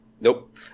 Nope